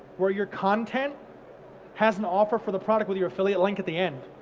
where your content has an offer for the product with your affiliate link at the end.